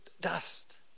dust